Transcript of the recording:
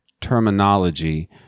terminology